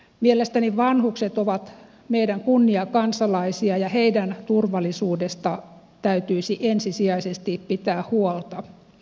mielestäni vanhukset ovat meidän kunniakansalaisia ja heidän turvallisuudesta täytyisi ensisijaisesti pitää huolta